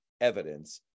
evidence